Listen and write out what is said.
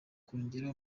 kongera